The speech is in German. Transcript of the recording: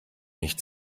nicht